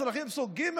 אזרחים סוג ג'?